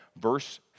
verse